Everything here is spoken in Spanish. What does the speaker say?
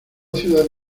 ciudad